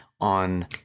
on